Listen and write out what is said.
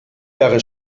jahre